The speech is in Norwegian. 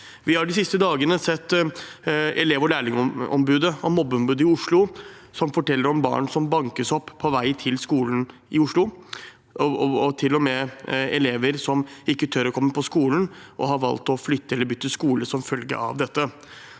Elevog lærlingombudet og Mobbeombudet i Oslo fortelle om barn som bankes opp på vei til skolen, og det er til og med elever som ikke tør å komme på skolen og har valgt å flytte eller bytte skole som følge av dette.